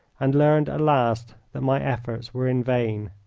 and learned at last that my efforts were in vain.